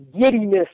giddiness